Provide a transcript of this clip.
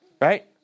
right